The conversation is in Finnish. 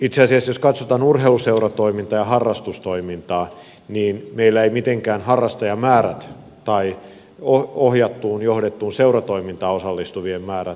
itse asiassa jos katsotaan urheiluseuratoimintaa ja harrastustoimintaa meillä eivät mitenkään harrastajamäärät tai ohjattuun johdettuun seuratoimintaan osallistuvien määrät ole romahtaneet